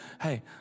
hey